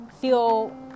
feel